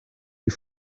die